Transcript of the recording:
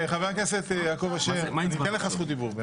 חבר הכנסת יעקב אשר, אני אתן לך זכות דיבור.